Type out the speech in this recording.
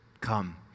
come